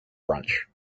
brunch